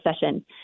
session